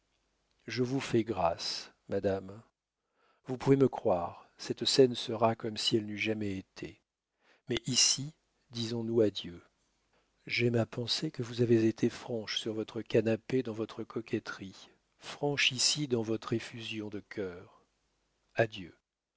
je vous fais grâce madame vous pouvez me croire cette scène sera comme si elle n'eût jamais été mais ici disons-nous adieu j'aime à penser que vous avez été franche sur votre canapé dans vos coquetteries franche ici dans votre effusion de cœur adieu